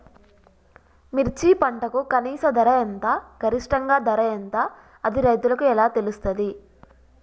మిర్చి పంటకు కనీస ధర ఎంత గరిష్టంగా ధర ఎంత అది రైతులకు ఎలా తెలుస్తది?